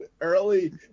early